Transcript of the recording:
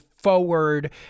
Forward